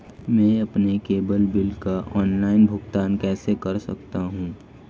मैं अपने cable bill का ऑनलाइन भुगतान कैसे कर सकता हूं?